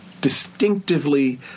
distinctively